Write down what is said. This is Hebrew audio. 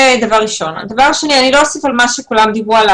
אני לא אדבר על מה שכולם דיברו,